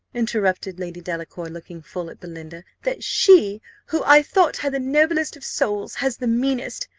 interrupted lady delacour, looking full at belinda, that she who i thought had the noblest of souls has the meanest!